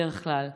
בדרך כלל,